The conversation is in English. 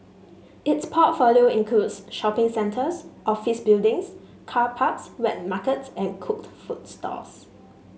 its portfolio includes shopping centres office buildings car parks wet markets and cooked food stalls